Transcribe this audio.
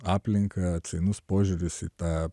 aplinką atsainus požiūris į tą